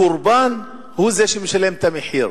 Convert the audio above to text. הקורבן הוא זה שמשלם את המחיר.